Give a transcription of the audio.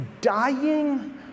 dying